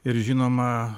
ir žinoma